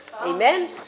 Amen